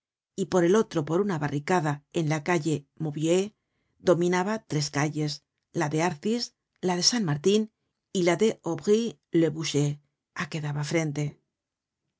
y por el otro por una barricada en la calle maubuée dominaba tres calles la de arcis la de san martin y la de aubry leboucher á que daba frente dos